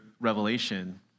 Revelation